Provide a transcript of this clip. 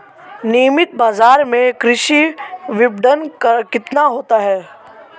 नियमित बाज़ार में कृषि विपणन कितना होता है?